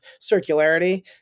circularity